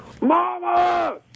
Mama